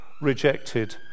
rejected